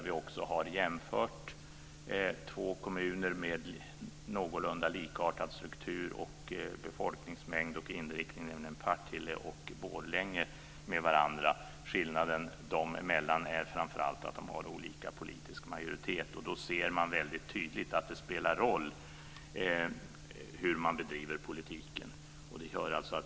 I motionen har vi jämfört två kommuner med någorlunda likartad struktur, befolkningsmängd och inriktning, nämligen Borlänge och Partille. Skillnaden är framför allt att dessa kommuner har olika politisk majoritet. Här ser man väldigt tydligt att det spelar stor roll hur man bedriver politiken.